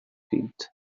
feet